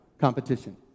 competition